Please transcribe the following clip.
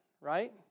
right